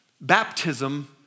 Baptism